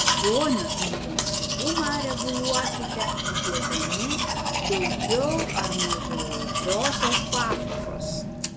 skonio intensyvumą reguliuokite įdėdami daugiau ar mažiau aitriosios paprikos